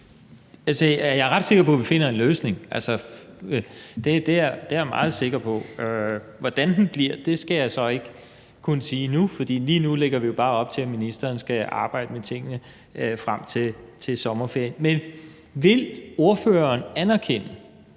Jeg er ret sikker på, at vi finder en løsning. Altså, det er jeg meget sikker på. Hvordan den bliver, skal jeg så ikke kunne sige nu, for lige nu lægger vi jo bare op til, at ministeren skal arbejde med tingene frem til sommerferien. Men vil ordføreren anerkende,